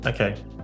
Okay